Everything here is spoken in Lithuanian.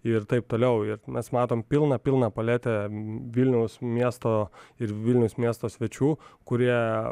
ir taip toliau ir mes matom pilną pilną paletę vilniaus miesto ir vilniaus miesto svečių kurie